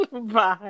Bye